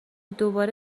دوباره